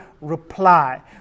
reply